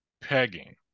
Pegging